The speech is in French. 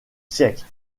siècle